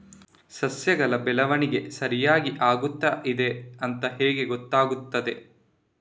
ಸಸ್ಯಗಳ ಬೆಳವಣಿಗೆ ಸರಿಯಾಗಿ ಆಗುತ್ತಾ ಇದೆ ಅಂತ ಹೇಗೆ ಗೊತ್ತಾಗುತ್ತದೆ?